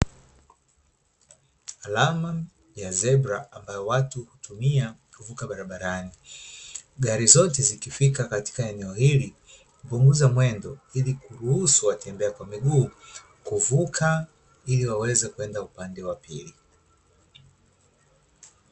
Alama ya zebra ambayo watu hutumia kuvuka barabarani. Gari zote zikifika katika eneo hili hupunguza mwendo ili kuruhusu watembea kwa miguu kuvuka ili waweze kwenda upande wa pili.